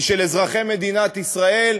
היא של אזרחי מדינת ישראל.